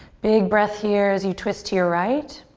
big breath here as you twist to your right.